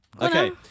Okay